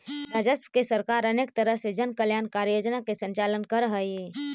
राजस्व से सरकार अनेक तरह के जन कल्याणकारी योजना के संचालन करऽ हई